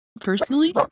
personally